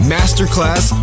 Masterclass